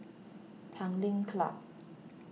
Tanglin Club